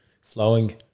flowing